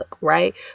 right